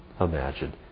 imagine